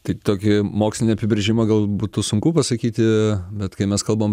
tai tokį mokslinį apibrėžimą gal būtų sunku pasakyti bet kai mes kalbam